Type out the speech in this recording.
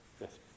yes